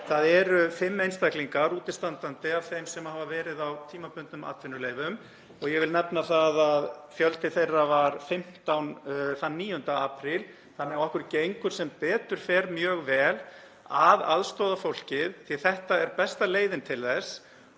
Það eru fimm einstaklingar útistandandi af þeim sem hafa verið á tímabundnum atvinnuleyfum og ég vil nefna það að fjöldi þeirra var 15 þann 9. apríl. Okkur gengur því sem betur fer mjög vel að aðstoða fólkið, því þetta er besta leiðin til þess